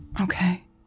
Okay